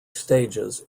stages